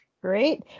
Great